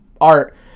art